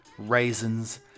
raisins